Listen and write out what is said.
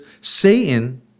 Satan